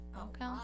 Okay